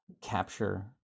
capture